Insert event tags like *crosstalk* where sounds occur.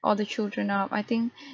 all the children now I think *breath*